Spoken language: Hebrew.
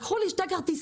לקחו לי שני כרטיסים,